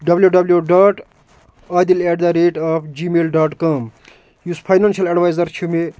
W W dot Adil at the rate of G mail dot com یُس financial advisor چھُ مےٚ